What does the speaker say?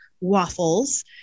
waffles